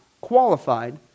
qualified